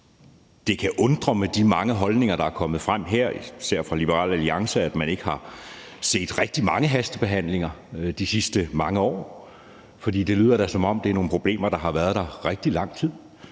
Det kan undre med de mange holdninger, der er kommet frem her, især fra Liberal Alliances side, at man ikke har set rigtig mange hastebehandlinger de sidste mange år. For det lyder da, som om det er nogle problemer, der har været der i rigtig lang tid.